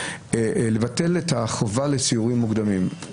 לבטל את החובה לסיורים מוקדמים.